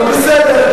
אבל בסדר.